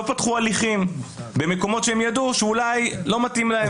לא פתחו הליכים במקומות שהם ידעו שאולי לא מתאים להם.